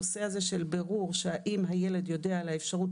הנושא הזה של בירור האם הילד יודע על האפשרות